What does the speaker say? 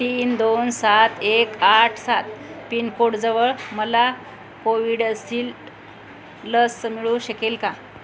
तीन दोन सात एक आठ सात पिनकोडजवळ मला कोविडसिल्ड लस मिळू शकेल का